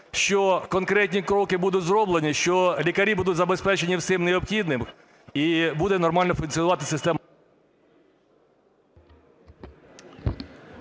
що конкретні кроки будуть зроблені, що лікарі будуть забезпечені всім необхідним і буде нормально функціонувати система...